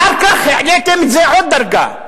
אחר כך העליתם את זה עוד דרגה,